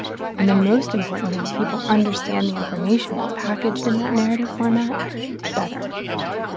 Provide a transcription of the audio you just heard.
and then most importantly, people understand the information that's packaged in that narrative format better right.